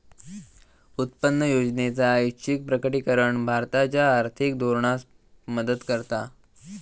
उत्पन्न योजनेचा ऐच्छिक प्रकटीकरण भारताच्या आर्थिक धोरणास मदत करता